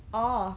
orh